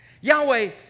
Yahweh